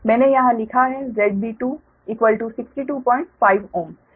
मैंने यहाँ लिखा है ZB2 625 Ω